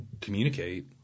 communicate